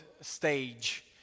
stage